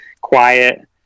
quiet